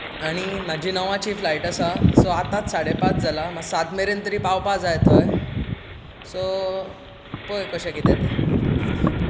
आनी म्हाजी णवाची फ्लायट आसा सो आतांच साडे पांच जाला म्हाका सात मेरेन तरी पावपा जाय थंय सो पळय कशें कितें तें